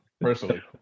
personally